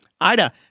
Ida